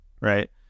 Right